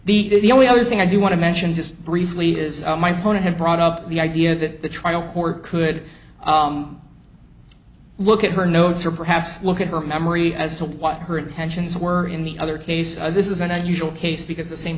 at the only other thing i do want to mention just briefly is my point i have brought up the idea that the trial court could look at her notes or perhaps look at her memory as to what her intentions were in the other case this is an unusual case because the same